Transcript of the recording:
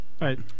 Right